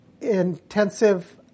intensive